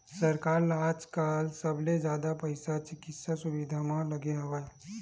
सरकार ल आजकाल सबले जादा पइसा चिकित्सा सुबिधा म लगे हवय